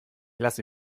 lasse